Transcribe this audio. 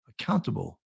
accountable